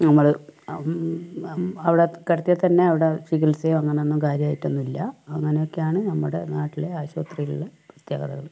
ഞങ്ങൾ അവിടെ കിടത്തിയാൽത്തന്നെ അവിടെ ചികിത്സയോ അങ്ങനെയൊന്നും കാര്യമായിട്ടൊന്നുമില്ല അങ്ങനെയൊക്കെയാണ് നമ്മുടെ നാട്ടിലെ ആശുപത്രിയികൾ പ്രത്യേകതകൾ